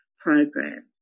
program